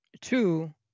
two